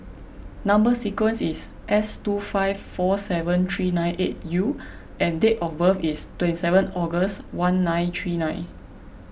Number Sequence is S two five four seven three nine eight U and date of birth is twenty seven August one nine three nine